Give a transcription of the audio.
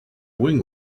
wing